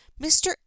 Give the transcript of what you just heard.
Mr